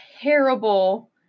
terrible